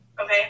Okay